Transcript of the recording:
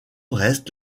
reste